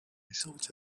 sort